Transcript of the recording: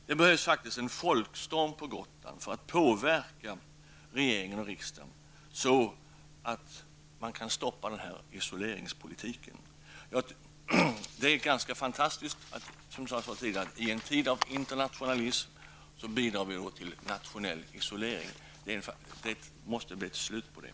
Det behövs faktiskt en folkstorm på Gotland för att påverka regering och riksdag så att isoleringspolitiken kan stoppas. Det är ganska fantastiskt att vi i en tid av internationalism bidrar till nationell isolering. Det måste bli ett slut på det.